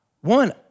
one